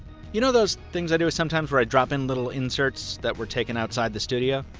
you know those things i do sometimes, where i drop in little inserts that were taken outside the studio?